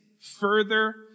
further